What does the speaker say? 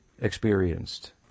experienced